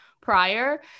prior